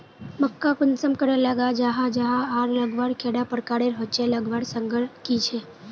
मक्का कुंसम करे लगा जाहा जाहा आर लगवार कैडा प्रकारेर होचे लगवार संगकर की झे?